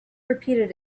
repeated